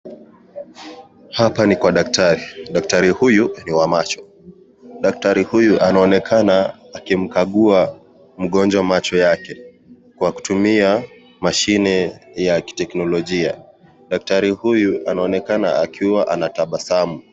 Hapa ni kwa daktari. Daktari huyu ni wa macho. Daktari huyu anaonekana akimkagua mgonjwa macho yake kwa kutumia mashine ya kiteknolojia. Daktari huyu anaonekana akiwa anatabasamu.